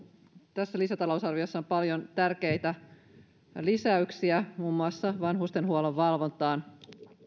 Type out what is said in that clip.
tässä lisätalousarviossa on paljon tärkeitä lisäyksiä muun muassa vanhustenhuollon valvontaan